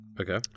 Okay